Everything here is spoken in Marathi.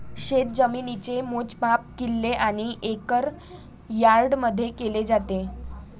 शेतजमिनीचे मोजमाप किल्ले आणि एकर यार्डमध्ये केले जाते